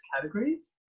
categories